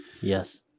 Yes